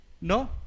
No